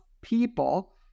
people